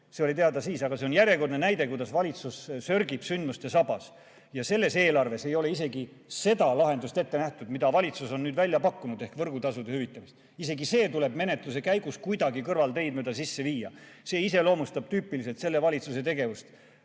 See oli teada siis, aga see on järjekordne näide, kuidas valitsus sörgib sündmustel sabas. Selles eelarves ei ole isegi seda lahendust ette nähtud, mille valitsus on nüüd välja pakkunud: võrgutasude hüvitamine. Isegi see tuleb menetluse käigus kuidagi kõrvalteid mööda sisse viia. See iseloomustab tüüpiliselt selle valitsuse tegevust.